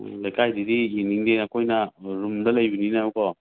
ꯎꯝ ꯂꯩꯀꯥꯏꯗꯗꯤ ꯌꯦꯡꯅꯤꯡꯗꯦ ꯑꯩꯈꯣꯏꯅ ꯔꯨꯝꯗ ꯂꯩꯕꯅꯤꯅꯕꯀꯣ